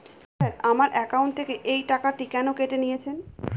Sir আমার account থেকে এই টাকাটি কেন কেটে নিয়েছেন?